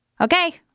Okay